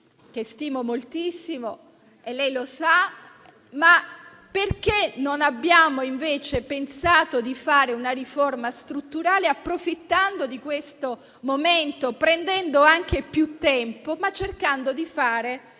che stimo moltissimo e lei lo sa, perché non abbiamo pensato di fare una riforma strutturale, approfittando di questo momento, prendendo anche più tempo, ma cercando di fare